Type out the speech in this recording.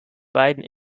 beiden